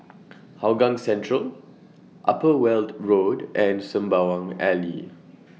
Hougang Central Upper Weld Road and Sembawang Alley